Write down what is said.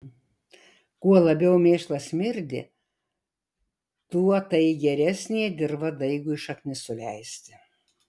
kuo labiau mėšlas smirdi tuo tai geresnė dirva daigui šaknis suleisti